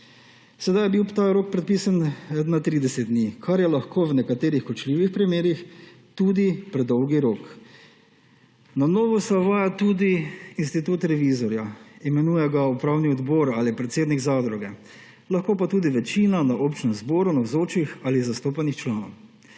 Sedaj je bil ta rok predpisan na 30 dni, kar je lahko v nekaterih kočljivih primerih tudi predolg rok. Na novo se uvaja tudi institut revizorja. Imenuje ga upravni odbor ali predsednik zadruge, lahko pa tudi večina na občem zboru navzočih ali zastopanih članov.